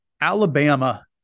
Alabama